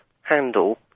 handle